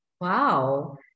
wow